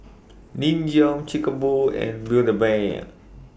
Nin Jiom Chic A Boo and Build A Bear